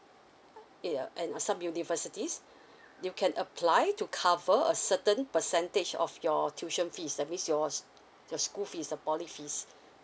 ya and some universities you can apply to cover a certain percentage of your tuition fees that means yours the school fees the poly fees